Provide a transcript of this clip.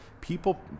people